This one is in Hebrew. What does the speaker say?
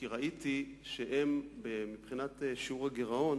כי ראיתי שהם, מבחינת שיעור הגירעון,